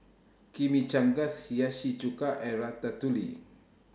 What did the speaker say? Chimichangas Hiyashi Chuka and Ratatouille